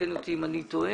ותקן אותי אם אני טועה